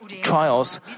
trials